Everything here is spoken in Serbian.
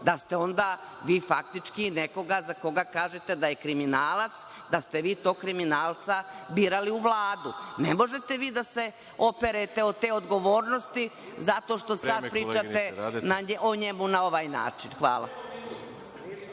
da ste onda vi faktički nekoga za koga kažete da je kriminalac, da ste vi tog kriminalca birali u Vladu. Ne možete vi da se operete od te odgovornosti zato što sad pričate o njemu na ovaj način. Hvala.